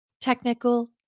technical